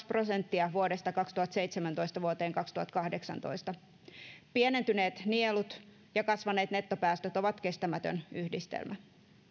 prosenttia vuodesta kaksituhattaseitsemäntoista vuoteen kaksituhattakahdeksantoista pienentyneet nielut ja kasvaneet nettopäästöt ovat kestämätön yhdistelmä